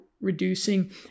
reducing